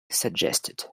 suggested